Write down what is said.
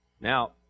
Now